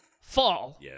fall